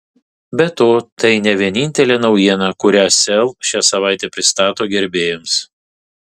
be to tai ne vienintelė naujiena kurią sel šią savaitę pristato gerbėjams